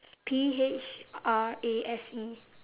P H R A S E